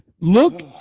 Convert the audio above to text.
Look